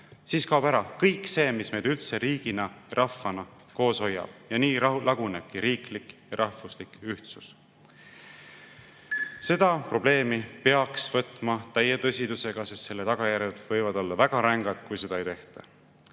Siis kaob ära kõik see, mis meid üldse riigina, rahvana koos hoiab, ja nii laguneb riiklik ja rahvuslik ühtsus. Seda probleemi peaks võtma täie tõsidusega, sest selle tagajärjed võivad olla väga rängad, kui seda ei tehta.